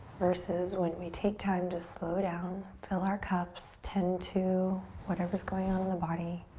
versus when we take time to slow down, fill our cups, tend to whatever's going on in the body